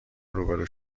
روبرو